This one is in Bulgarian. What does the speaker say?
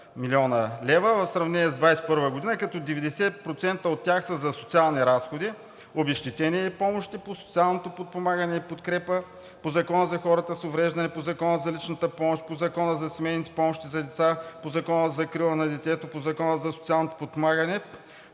млн. лв. в сравнение с 2021 г., като 90% от тях са за социални разходи, обезщетения и помощи по социалното подпомагане и подкрепа по Закона за хора с увреждания, по Закона за личната помощ, по Закона за семейните помощи за деца, по Закона за закрила на детето, по Закона за социалното подпомагане,